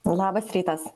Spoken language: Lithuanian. labas rytas